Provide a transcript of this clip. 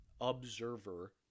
observer